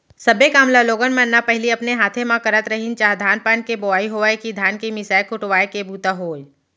सब्बे काम ल लोग मन न पहिली अपने हाथे म करत रहिन चाह धान पान के बोवई होवय कि धान के मिसाय कुटवाय के बूता होय